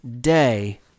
day